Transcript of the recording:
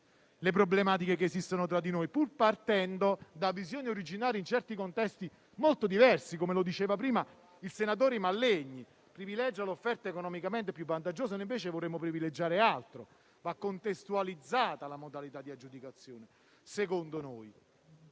le problematiche che esistono tra di noi, pur partendo da visioni originate in contesti molto diversi, come diceva prima il senatore Mallegni. Si privilegia l'offerta economicamente più vantaggiosa, quando invece noi vorremmo privilegiare altro, contestualizzando la modalità di aggiudicazione.